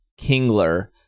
Kingler